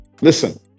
listen